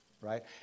right